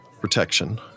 protection